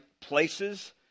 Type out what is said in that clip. places